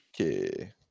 Okay